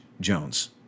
Jones